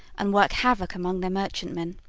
and work havoc among their merchantmen.